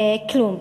כלום.